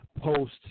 post